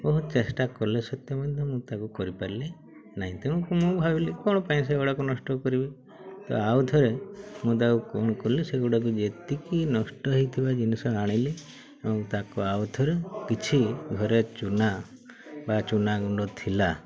ବହୁତ ଚେଷ୍ଟା କଲେ ସତ୍ତ୍ୱେ ମଧ୍ୟ ମୁଁ ତାକୁ କରିପାରିଲି ନାହିଁ ତେଣୁ ମୁଁ ଭାବିଲି କ'ଣ ପାଇଁ ସେଗୁଡ଼ାକ ନଷ୍ଟ କରିବି ତ ଆଉ ଥରେ ମୁଁ ତାକୁ କ'ଣ କଲି ସେଗୁଡ଼ାକ ଯେତିକି ନଷ୍ଟ ହେଇଥିବା ଜିନିଷ ଆଣିଲି ଆଉ ତାକୁ ଆଉଥରେ କିଛି ଘରେ ଚୁନା ବା ଚୁନା ଗୁଣ୍ଡ ଥିଲା